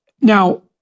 Now